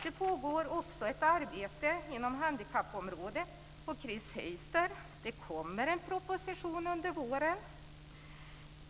Det pågår också ett arbete inom handikappområdet. Chris Heister! Det kommer en proposition under våren.